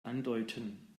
andeuten